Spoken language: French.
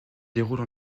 déroule